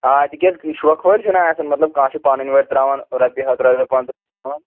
آ تِکیٛازِ شوقہٕ وٲلۍ چھِنہ آسان مطلب کانٛہہ چھُ پنٕنۍ وٲرۍ ترٛاوان رۄپیہِ ہَتھ رۄپیہِ پنٛژاہ ترٛاوان